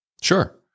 Sure